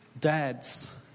dads